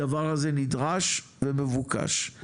הדבר הזה נדרש ומבוקש.